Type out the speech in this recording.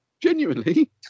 Genuinely